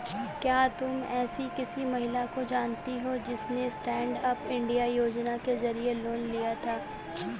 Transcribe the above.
क्या तुम एसी किसी महिला को जानती हो जिसने स्टैन्डअप इंडिया योजना के जरिए लोन लिया था?